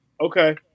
Okay